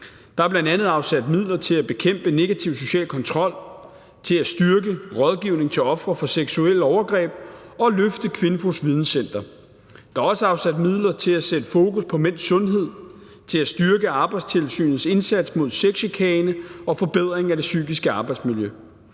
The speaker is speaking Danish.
Der er bl.a. afsat midler til at bekæmpe negativ social kontrol, til at styrke rådgivning til ofre for seksuelle overgreb og til at løfte KVINFO's videncenter. Der er også afsat midler til at sætte fokus på mænds sundhed, til at styrke Arbejdstilsynets indsats mod sexchikane, til forbedring af det psykiske arbejdsmiljø,